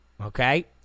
okay